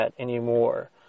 anymore